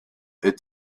est